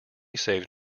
saved